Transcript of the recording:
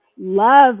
love